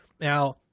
Now